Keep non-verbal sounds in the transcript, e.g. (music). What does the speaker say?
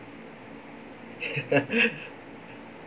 (laughs)